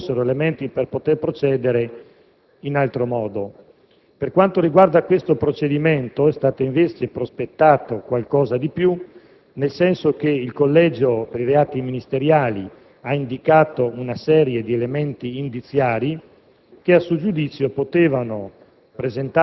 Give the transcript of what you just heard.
si era giunti ad una chiusura ritenendo che non ci fossero elementi per poter procedere in altro modo. Per quanto riguarda questo procedimento, è stato invece prospettato qualcosa di più, nel senso che il Collegio per i reati ministeriali ha indicato una serie di elementi indiziari